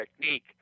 technique